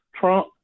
Trump